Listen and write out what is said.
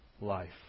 life